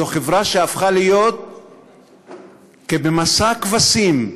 זו חברה שהפכה להיות כבמסע כבשים,